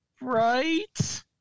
right